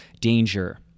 danger